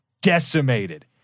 decimated